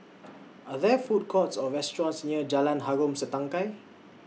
Are There Food Courts Or restaurants near Jalan Harom Setangkai